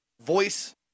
voice